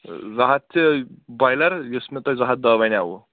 زٕ ہَتھ چھِ بۄیِلَر یُس مےٚ تۄہہِ زٕ ہَتھ دٔہ وَنیٛاوٕ